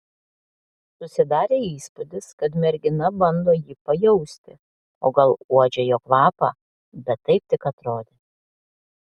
susidarė įspūdis kad mergina bando jį pajausti o gal uodžia jo kvapą bet taip tik atrodė